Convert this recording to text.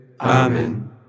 Amen